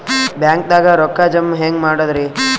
ಬ್ಯಾಂಕ್ದಾಗ ರೊಕ್ಕ ಜಮ ಹೆಂಗ್ ಮಾಡದ್ರಿ?